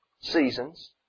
seasons